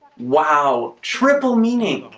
wow triple meaning